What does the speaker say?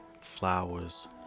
Flowers